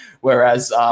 Whereas